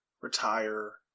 retire